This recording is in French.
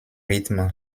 rythme